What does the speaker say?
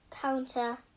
counter